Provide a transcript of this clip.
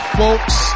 folks